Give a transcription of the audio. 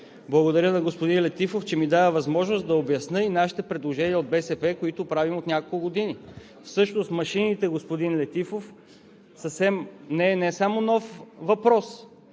Благодаря на господин Летифов, че ми даде възможност да обясня и нашите предложения – от БСП, които правим от няколко години. Всъщност машините, господин Летифов, съвсем не са нов въпрос.